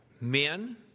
men